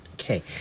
Okay